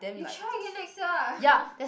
you try again next year lah